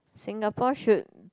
Singapore should